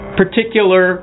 particular